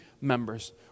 members